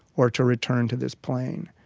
or to return to this plane.